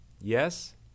Yes